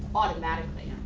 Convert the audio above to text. automatically,